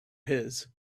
his